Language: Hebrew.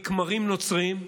אחרי כמרים נוצרים,